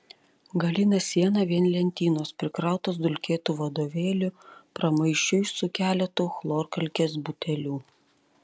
galinė siena vien lentynos prikrautos dulkėtų vadovėlių pramaišiui su keletu chlorkalkės butelių